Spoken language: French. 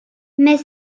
mais